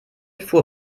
fuhr